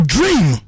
Dream